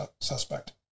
suspect